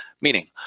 Meaning